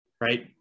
right